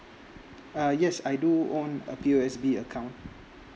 uh yes I do own a P_U_S_B account